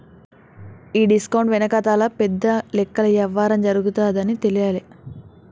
ఈ డిస్కౌంట్ వెనకాతల పెద్ద లెక్కల యవ్వారం జరగతాదని తెలియలా